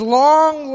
long